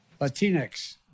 Latinx